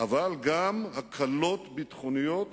אבל גם הקלות ביטחוניות